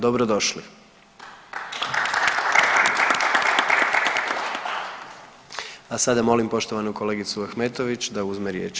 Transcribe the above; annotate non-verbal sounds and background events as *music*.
Dobro došli. *applause* A sada molim poštovanu kolegicu Ahmetović da uzme riječ.